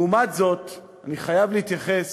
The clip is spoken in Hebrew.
לעומת זאת, אני חייב להתייחס